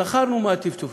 זכרנו מה הטפטופים,